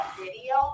video